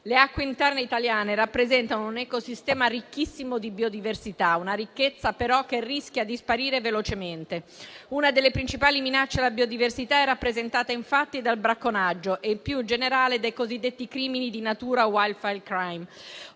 Le acque interne italiane rappresentano un ecosistema ricchissimo di biodiversità, una ricchezza però che rischia di sparire velocemente. Una delle principali minacce alla biodiversità è rappresentata infatti dal bracconaggio, che è il più generale dei cosiddetti crimini di natura (*wildlife crime*).